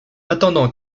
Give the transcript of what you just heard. attendant